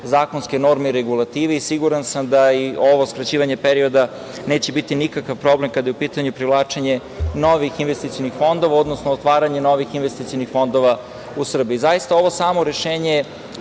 zakonske norme i regulative. Siguran sam da i ovo skraćivanje perioda neće biti nikakav problem kada je u pitanju privlačenje novih investicionih fondova, odnosno otvaranje novih investicionih fondova u Srbiji. Zaista, ovo samo rešenje